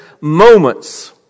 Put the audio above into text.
moments